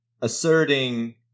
asserting